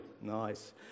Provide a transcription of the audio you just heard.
Nice